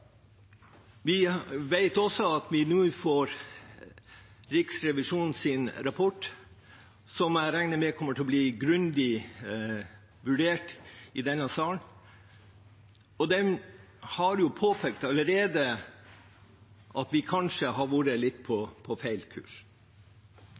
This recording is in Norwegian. Vi vet også at vi nå får Riksrevisjonens rapport, som jeg regner med kommer til å bli grundig vurdert i denne salen. De har allerede påpekt at vi kanskje har vært på litt